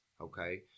okay